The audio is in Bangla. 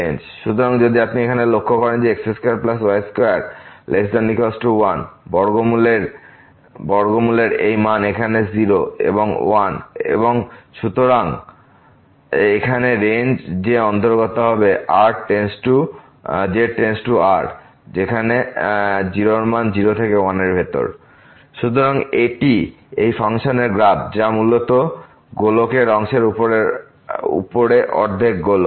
সুতরাং যদি আপনি এখানে লক্ষ্য করেন যে x2y2≤1বর্গমূল এর এই মান এখানে 0 এবং 1 এর সুতরাং এখানে রেঞ্জ যে অন্তর্গত হবে Rz∈R0≤z≤1 সুতরাং এটি এই ফাংশনের গ্রাফ যা মূলত গোলকের অংশের উপরে অর্ধেক গোলক